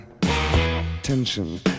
tension